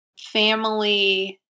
family